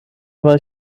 war